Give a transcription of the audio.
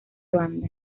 banda